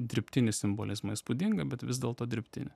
dirbtinį simbolizmą įspūdingą bet vis dėlto dirbtinį